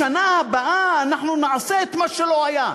בשנה הבאה אנחנו נעשה את מה שלא היה.